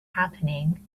happening